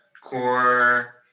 core